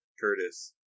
Curtis